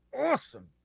awesome